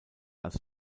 als